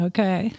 Okay